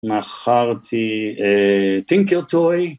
מכרתי טינקר טוי